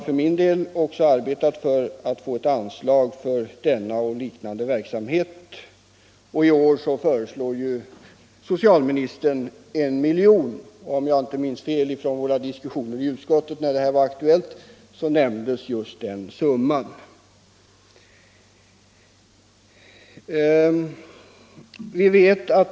För min del har jag arbetat för att få ett anslag för denna och liknande verksamheter, och i år föreslår socialministern 1 milj.kr. Om jag inte minns fel var det just den summan som nämndes under våra diskussioner i utskottet, när denna fråga första gången var aktuell för ett par år sedan.